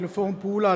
ל"פורום פעולה",